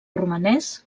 romanès